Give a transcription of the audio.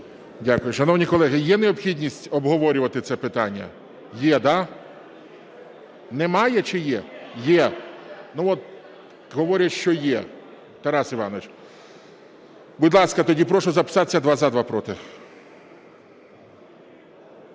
Дякую. Шановні колеги, є необхідність обговорювати це питання? Є, да? Немає чи є? Є. Говорять, що є, Тарас Іванович. Будь ласка, тоді прошу записатися: два – за, два – проти.